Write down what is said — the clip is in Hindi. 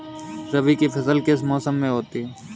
रबी की फसल किस मौसम में होती है?